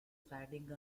fatigue